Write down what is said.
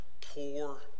poor